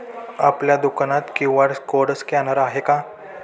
आपल्या दुकानात QR code scanner आहे का?